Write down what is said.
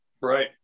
right